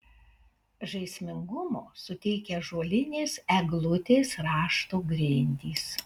žaismingumo suteikia ąžuolinės eglutės rašto grindys